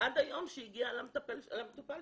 עד ליום שהיא הגיעה למטופל שלי".